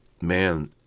man